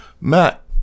Matt